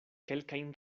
kelkajn